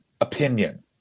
opinion